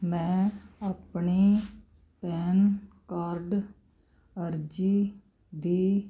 ਮੈਂ ਆਪਣੀ PAN card ਅਰਜ਼ੀ ਦੀ